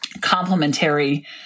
complementary